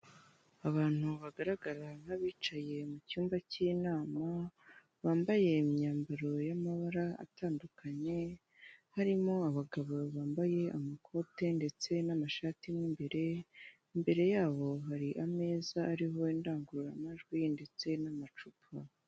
Abantu bagaragara nk'abicaye mu cyumba cy'inama bambaye imyambaro y'amabara atandukanye harimo abagabo bambaye amakote ndetse n'amashati n'imbere imbere yabo hari ameza ariho indangururamajwi ndetse n'amacupa.